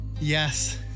Yes